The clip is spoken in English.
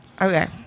Okay